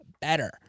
better